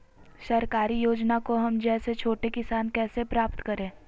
सरकारी योजना को हम जैसे छोटे किसान कैसे प्राप्त करें?